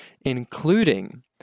including